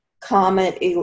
comet